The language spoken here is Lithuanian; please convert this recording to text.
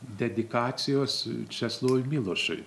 dedikacijos česlovui milošui